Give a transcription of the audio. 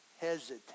hesitate